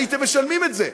הייתם משלמים את זה.